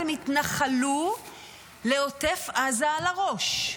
אז הם יתנחלו לעוטף עזה על הראש.